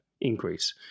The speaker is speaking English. increase